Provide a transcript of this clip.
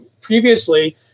previously